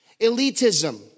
elitism